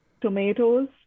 tomatoes